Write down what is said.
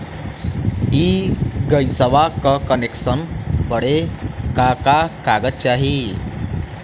इ गइसवा के कनेक्सन बड़े का का कागज चाही?